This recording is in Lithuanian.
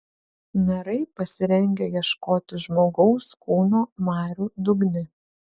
narai pasirengę ieškoti žmogaus kūno marių dugne